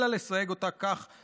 אלא לסייג אותה כך